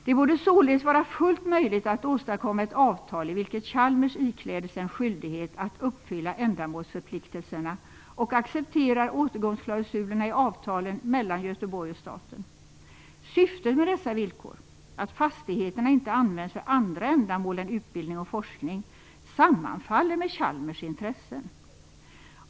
Det borde således vara fullt möjligt att åstadkomma ett avtal i vilket Chalmers ikläder sig en skyldighet att uppfylla ändamålsförpliktelserna och accepterar återgångsklausulerna i avtalen mellan Göteborg och staten. Syftet med dessa villkor - att fastigheterna inte används för andra ändamål än utbildning och forskning - sammanfaller med Chalmers intressen.